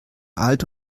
alt